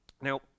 Now